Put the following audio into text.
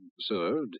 served